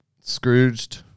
Scrooged